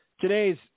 Today's